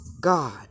God